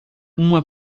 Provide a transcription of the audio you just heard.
uma